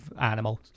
animals